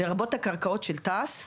לרבות הקרקעות של תעש,